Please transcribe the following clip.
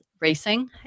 racing